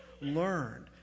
learned